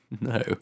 No